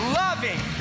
loving